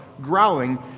growling